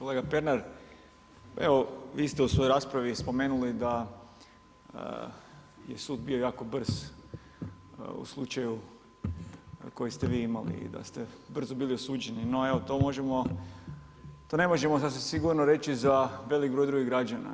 Kolega Pernar, evo vi ste u svojoj raspravi spomenuli da je sud bio jako brz u slučaju koji ste vi imali, da ste brzo bili osuđeni, no evo to ne možemo sasvim sigurno reći za veliki broj drugih građana.